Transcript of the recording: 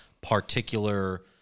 particular